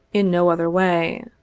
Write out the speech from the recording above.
in no other way.